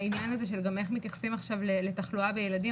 העניין הזה של גם איך מתייחסים עכשיו לתחלואה בילדים,